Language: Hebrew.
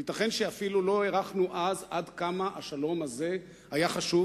ייתכן שאפילו לא הערכנו אז עד כמה השלום הזה היה חשוב,